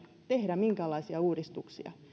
tehdä minkäänlaisia uudistuksia